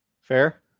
fair